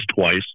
twice